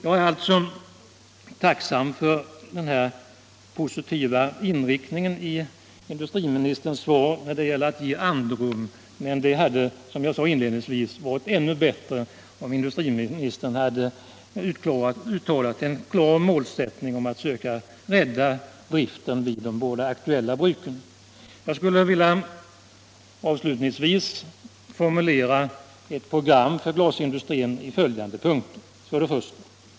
Jag är tacksam för den positiva inriktningen i industriministerns svar när det gäller att ge andrum. Men det hade, som jag sade inledningsvis, varit ännu bättre om industriministern hade uttalat den klara målsättningen att försöka rädda driften vid de båda aktuella bruken. Jag skulle avslutningsvis vilja formulera ett program för glasindustrin i följande punkter: 1.